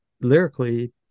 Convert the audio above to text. lyrically